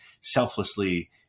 selflessly